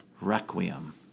requiem